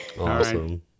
Awesome